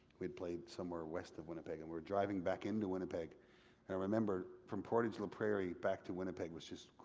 we had played somewhere west of winnipeg and we were driving back into winnipeg and i remembered from portage la prairie back to winnipeg was just,